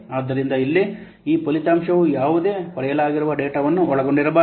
ಆದ್ದರಿಂದ ಇಲ್ಲಿ ಈ ಫಲಿತಾಂಶವು ಯಾವುದೇ ಪಡೆಯಲಾಗಿರುವ ಡೇಟಾವನ್ನು ಒಳಗೊಂಡಿರಬಾರದು